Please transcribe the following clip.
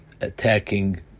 attacking